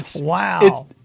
wow